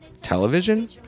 television